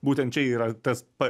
būtent čia yra tas pa